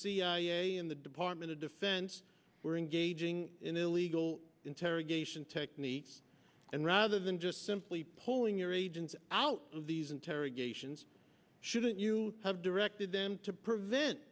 cia and the department of defense were engaging in illegal interrogation techniques and rather than just simply pulling your agents out of these interrogations shouldn't you have directed them to prevent